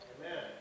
Amen